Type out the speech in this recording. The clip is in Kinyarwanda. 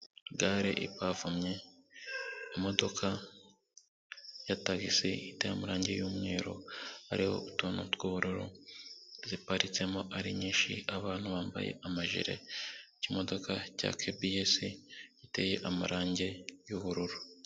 Gare ipavomye imodoka ya tagisi iteye amarangi yumweru hariho utuntu twubururu, ziparitsemo ari nyinshi, abantu bambaye amajire, ikimodoka cya kbs giteye amarangi yubururu.